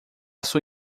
sua